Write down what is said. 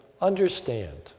understand